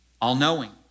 all-knowing